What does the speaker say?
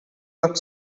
but